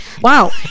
wow